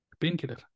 painkiller